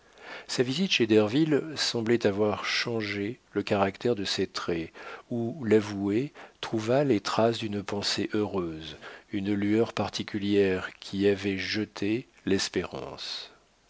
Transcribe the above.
sa visite chez derville semblait avoir changé le caractère de ses traits où l'avoué trouva les traces d'une pensée heureuse une lueur particulière qu'y avait jetée l'espérance